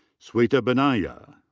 sweta baniya.